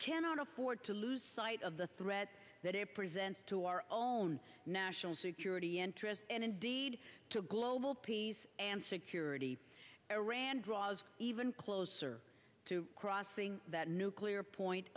cannot afford to lose sight of the threat that it presents to our own national security interests and indeed to global peace and security iran draws even closer to crossing that nuclear point